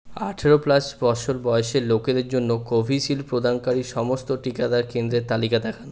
আঠারো প্লাস বছর বয়সের লোকেদের জন্য কোভিশিল্ড প্রদানকারী সমস্ত টিকাদান কেন্দ্রের তালিকা দেখান